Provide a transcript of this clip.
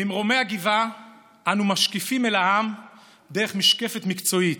ממרומי הגבעה אנו משקיפים אל העם דרך משקפת מקצועית,